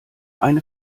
eine